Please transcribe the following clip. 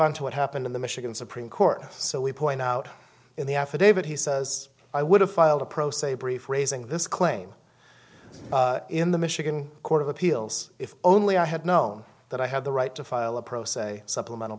on to what happened in the michigan supreme court so we point out in the affidavit he says i would have filed a pro se brief raising this claim in the michigan court of appeals if only i had known that i had the right to file a pro se supplemental